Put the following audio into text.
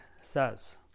says